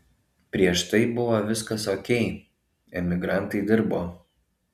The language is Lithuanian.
prieš tai buvo viskas okei emigrantai dirbo